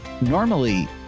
Normally